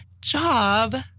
job